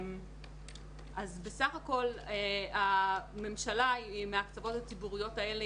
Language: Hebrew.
אז בסך הכול הממשלה מההקצבות הציבוריות האלה